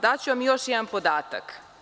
Daću vam još jedan podatak.